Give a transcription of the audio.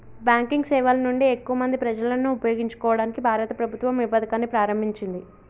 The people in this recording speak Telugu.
బ్యాంకింగ్ సేవల నుండి ఎక్కువ మంది ప్రజలను ఉపయోగించుకోవడానికి భారత ప్రభుత్వం ఏ పథకాన్ని ప్రారంభించింది?